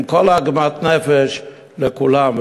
עם כל עוגמת הנפש לכולם,